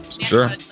Sure